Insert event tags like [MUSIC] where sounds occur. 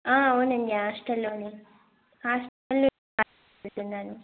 అవునండి హాస్టల్లోనే [UNINTELLIGIBLE]